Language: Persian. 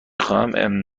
خواهم